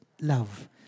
love